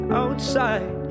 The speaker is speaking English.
outside